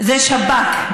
זה שב"כ.